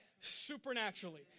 supernaturally